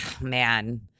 man